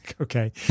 Okay